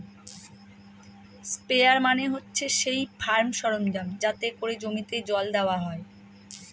sprayer মানে হচ্ছে সেই ফার্ম সরঞ্জাম যাতে করে জমিতে জল দেওয়া হয়